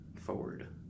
forward